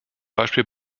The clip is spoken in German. beispiel